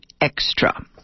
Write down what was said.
Extra